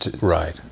Right